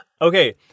okay